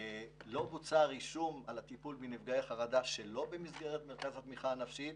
לא בוצע רישום על הטיפול בנפגעי חרדה שלא במסגרת מרכז התמיכה הנפשית,